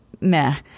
meh